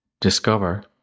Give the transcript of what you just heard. discover